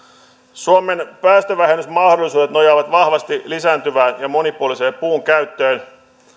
suomen päästövähennysmahdollisuudet nojaavat vahvasti lisääntyvään ja monipuoliseen puunkäyttöön